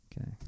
Okay